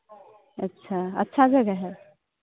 अच्छा अच्छा जगह है